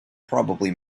probably